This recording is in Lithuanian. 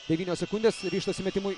devynios sekundės ryžtasi metimui